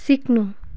सिक्नु